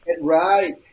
right